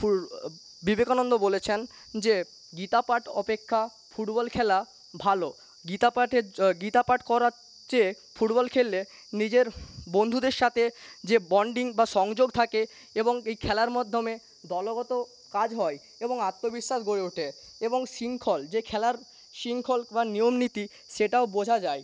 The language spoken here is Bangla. ফুর বিবেকানন্দ বলেছেন যে গীতা পাঠ অপেক্ষা ফুটবল খেলা ভালো গীতা পাঠের গীতা পাঠ করার চেয়ে ফুটবল খেললে নিজের বন্ধুদের সাথে যে বন্ডিং বা সংযোগ থাকে এবং এই খেলার মাধ্যমে দলগত কাজ হয় এবং আত্মবিশ্বাস গড়ে ওঠে এবং শৃঙ্খল যে খেলার শৃঙ্খল বা নিয়মনীতি সেটাও বোঝা যায়